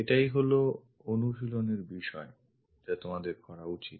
এটাই হলো অনুশীলনের বিষয় যা তোমাদের করা উচিত